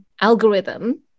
algorithm